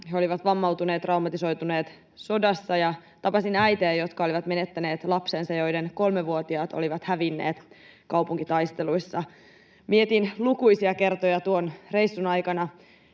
He olivat vammautuneet, traumatisoituneet sodassa. Tapasin äitejä, jotka olivat menettäneet lapsensa, joiden kolmevuotiaat olivat hävinneet kaupunkitaisteluissa. Mietin lukuisia kertoja tuon reissun aikana